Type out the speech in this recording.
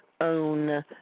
own